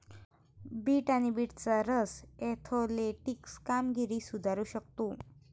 bit आणि बीटचा रस ऍथलेटिक कामगिरी सुधारू शकतो